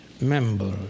member